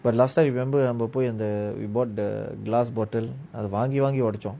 but last time remember நம்ம போய் அந்த:namma poi antha we bought the glass bottle அத வங்கி வங்கி ஓட்ச்சோம்:atha vaangi vaangi oodachom